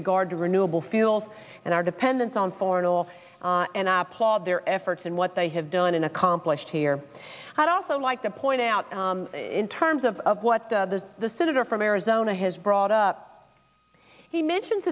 regard to renewable fuels and our dependence on foreign oil and i applaud their efforts and what they have done and accomplished here i'd also like to point out in terms of what the senator from arizona has brought up he mention